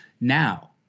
Now